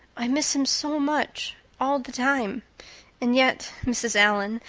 i miss him so much all the time and yet, mrs. allan,